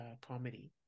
comedy